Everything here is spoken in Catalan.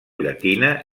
llatina